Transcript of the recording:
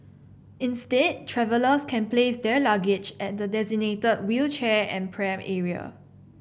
instead travellers can place their luggage at the designated wheelchair and pram area